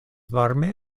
varme